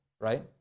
right